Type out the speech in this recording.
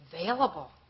available